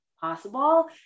possible